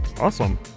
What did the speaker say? Awesome